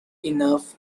enough